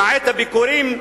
למעט הביקורים,